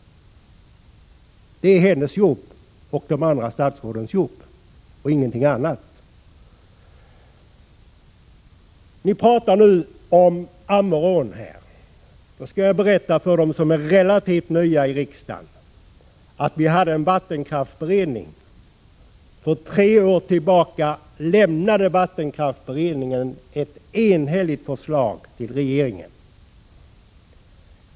Det är hennes och de andra statsrådens jobb, och ingenting annat. Det pratas nu om Ammerån. Jag vill tala om för dem som är relativt nya i riksdagen att vi hade en vattenkraftsberedning. För tre år sedan lämnade vattenkraftsberedningen ett enhälligt förslag till regeringen.